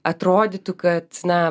atrodytų kad na